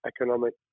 economic